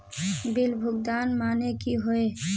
Bill भुगतान माने की होय?